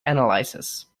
analysis